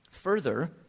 Further